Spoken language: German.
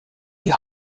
die